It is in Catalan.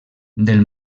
del